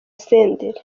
senderi